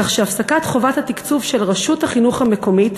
כך שהפסקת חובת התקצוב של רשות החינוך המקומית,